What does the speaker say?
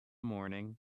morning